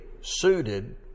suited